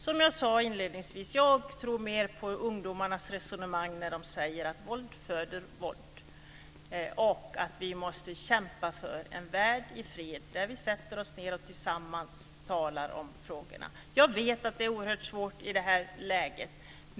Som jag sade inledningsvis: Jag tror mer på ungdomarnas resonemang när de säger att våld föder våld. Vi måste kämpa för en värld i fred där vi sätter oss ned och tillsammans talar om frågorna. Jag vet att det är oerhört svårt i det här läget.